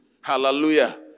Hallelujah